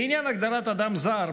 לעניין הגדרת "אדם זר",